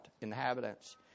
inhabitants